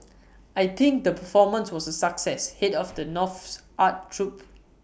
I think the performance was A success Head of the North's art troupe